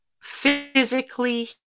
physically